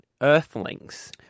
Earthlings